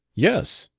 yes.